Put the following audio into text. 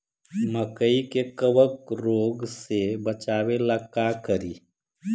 मकई के कबक रोग से बचाबे ला का करि?